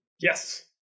Yes